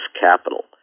capital